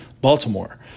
Baltimore